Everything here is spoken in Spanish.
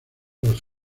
los